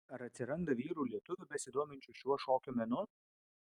ar atsiranda vyrų lietuvių besidominčių šiuo šokio menu